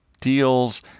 deals